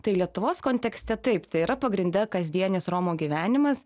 tai lietuvos kontekste taip tai yra pagrinde kasdienis romų gyvenimas